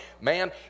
Man